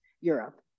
Europe